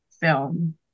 film